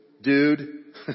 dude